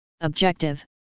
objective